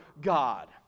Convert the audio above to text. God